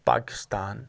Pakistan